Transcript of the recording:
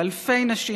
באלפי נשים,